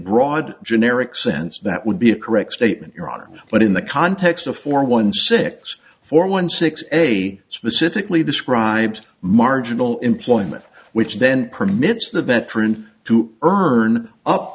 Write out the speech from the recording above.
broad generic sense that would be a correct statement your honor but in the context of four one six four one six and a specifically described marginal employment which then permits the veteran to earn up